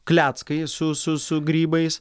kleckai su su su grybais